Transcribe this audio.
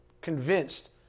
convinced